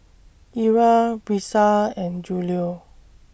Ira Brisa and Julio